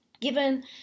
given